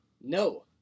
No